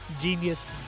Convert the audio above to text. genius